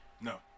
No